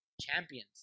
Champions